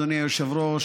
אדוני היושב-ראש,